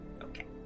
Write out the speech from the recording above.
Okay